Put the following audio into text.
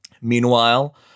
Meanwhile